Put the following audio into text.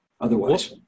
otherwise